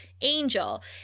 Angel